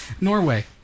norway